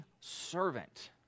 servant